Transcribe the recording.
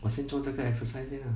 我先做这个 exercise 先 ah